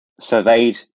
surveyed